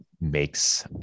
makes